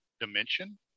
dimension